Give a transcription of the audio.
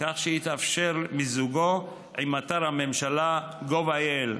כך שיתאפשר מיזוגו עם אתר הממשלהGov.il,